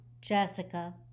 Jessica